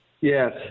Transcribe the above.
Yes